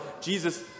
Jesus